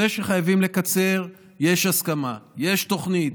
זה שחייבים לקצר, יש הסכמה, יש תוכנית,